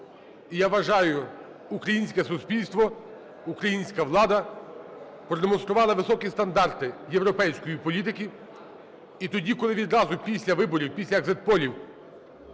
І я вважаю, українське суспільство, українська влада продемонстрували високі стандарти європейської політики. І тоді, коли відразу після виборів, після екзит-полів